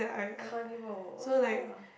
a carnival oh ya